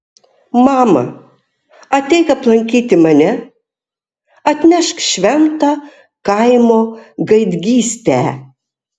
mama ateik aplankyti mane atnešk šventą kaimo gaidgystę